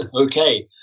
Okay